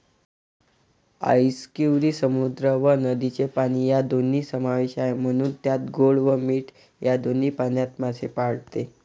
आस्कियुरी समुद्र व नदीचे पाणी या दोन्ही समावेश आहे, म्हणून त्यात गोड व मीठ या दोन्ही पाण्यात मासे पाळते